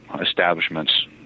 establishments